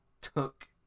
took